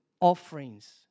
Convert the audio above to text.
offerings